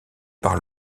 par